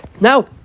now